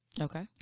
Okay